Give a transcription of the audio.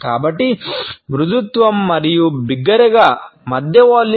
కాబట్టి మృదుత్వం మరియు బిగ్గరగా మధ్య వాల్యూమ్